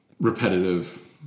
repetitive